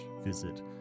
visit